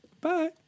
Bye